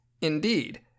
Indeed